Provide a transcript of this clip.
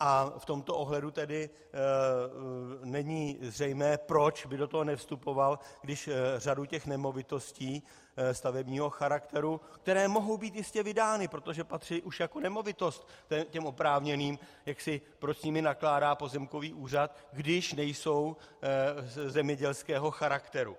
V tomto ohledu tedy není zřejmé, proč by do toho nevstupoval, když řadu nemovitostí stavebního charakteru, které mohou být jistě vydány, protože patřily už jako nemovitost těm oprávněným, proč s nimi nakládá pozemkový úřad, když nejsou zemědělského charakteru.